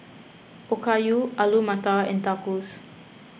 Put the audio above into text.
Okayu Alu Matar and Tacos